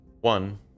One